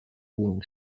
wohnung